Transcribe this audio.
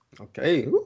Okay